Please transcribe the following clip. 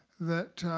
that